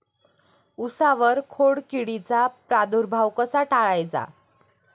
उसावर खोडकिडीचा प्रादुर्भाव कसा टाळायचा?